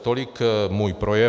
Tolik můj projev.